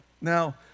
Now